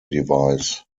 device